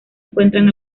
encuentran